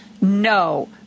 no